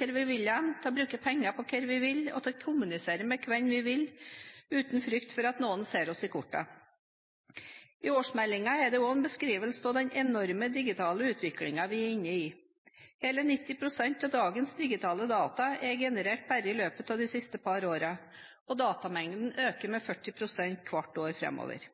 hvor vi vil, til å bruke penger på hva vi vil og til å kommunisere med hvem vi vil, uten frykt for at noen ser oss i kortene. I årsmeldingen er det også en beskrivelse av den enorme digitale utviklingen vi er inne i. Hele 90 pst. av dagens digitale data er generert bare i løpet av de siste par årene, og datamengden øker med 40 pst. hvert år